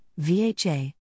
VHA